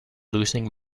losing